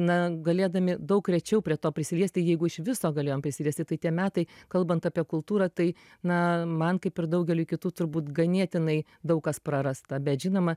na galėdami daug rečiau prie to prisiliesti jeigu iš viso galėjom prisiliesti tai tie metai kalbant apie kultūrą tai na man kaip ir daugeliui kitų turbūt ganėtinai daug kas prarasta bet žinoma